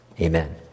Amen